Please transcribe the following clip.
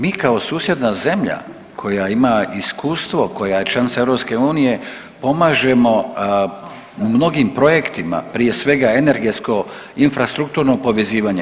Mi kao susjedna zemlja koja ima iskustvo, koja je članica EU pomažemo u mnogim projektima, prije svega energetsko infrastrukturno povezivanje.